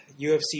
UFC